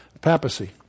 papacy